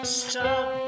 stop